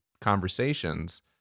conversations